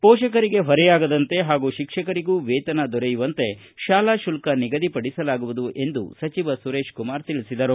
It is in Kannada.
ಪೋಷಕರಿಗೆ ಹೊರೆಯಾಗದಂತೆ ಹಾಗೂ ತಿಕ್ಷಕರಿಗೂ ವೇತನ ದೊರೆಯುವಂತೆ ಶಾಲಾ ಶುಲ್ಗಳನ್ನು ನಿಗದಿಪಡಿಸಲಾಗುವುದು ಎಂದು ಸಚಿವ ಸುರೇಶಕುಮಾರ ಹೇಳಿದರು